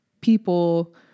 people